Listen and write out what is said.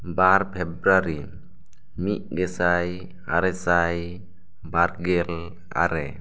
ᱵᱟᱨ ᱯᱷᱮᱵᱽᱨᱩᱭᱟᱨᱤ ᱢᱤᱫ ᱜᱮᱥᱟᱭ ᱟᱨᱮ ᱥᱟᱭ ᱵᱟᱨ ᱜᱮᱞ ᱟᱨᱮ